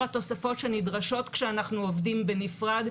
התוספות שנדרשות כשאנחנו עובדים בנפרד,